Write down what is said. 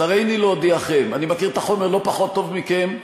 אז הריני להודיעכם: אני מכיר את החומר לא פחות טוב מכם,